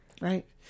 right